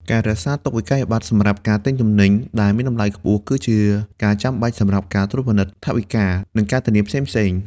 ការរក្សាទុកវិក្កយបត្រសម្រាប់ការទិញទំនិញដែលមានតម្លៃខ្ពស់ គឺជាការចាំបាច់សម្រាប់ការត្រួតពិនិត្យថវិកា និងការធានាផ្សេងៗ។